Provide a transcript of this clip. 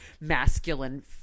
masculine